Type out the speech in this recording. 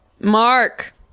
Mark